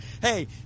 Hey